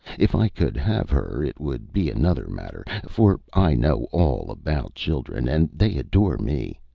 if i could have her it would be another matter, for i know all about children, and they adore me.